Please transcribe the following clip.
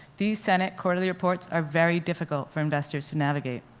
these senate quarterly reports are very difficult for investors to navigate.